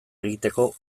egiteko